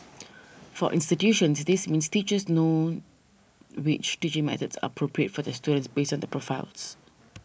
for institutions this means teachers know which teaching methods are appropriate for their students based on their profiles